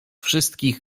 wszystkich